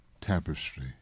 tapestry